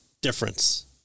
difference